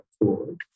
forward